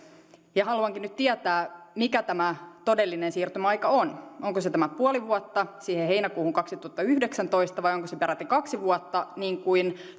haluankin nyt tietää mikä tämä todellinen siirtymäaika on onko se tämä puoli vuotta siihen heinäkuuhun kaksituhattayhdeksäntoista vai onko se peräti kaksi vuotta niin kuin